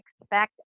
expect